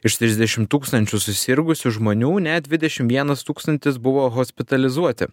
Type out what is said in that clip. iš trisdešim tūkstančių susirgusių žmonių net dvidešim vienas tūkstantis buvo hospitalizuoti